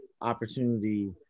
opportunity